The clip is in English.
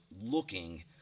looking